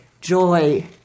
joy